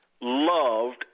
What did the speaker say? loved